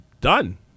done